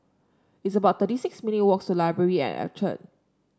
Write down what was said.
it's about thirty six minute' walks to Library at Orchard